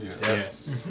Yes